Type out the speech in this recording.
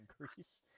increase